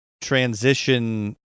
Transition